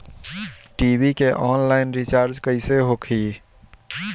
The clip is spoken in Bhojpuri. टी.वी के आनलाइन रिचार्ज कैसे होखी?